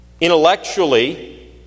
intellectually